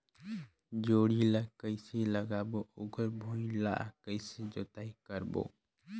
जोणी ला कइसे लगाबो ओकर भुईं ला कइसे जोताई करबो?